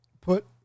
put